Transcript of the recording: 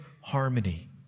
harmony